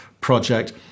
project